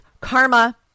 karma